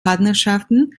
partnerschaften